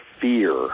fear